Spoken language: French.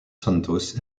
santos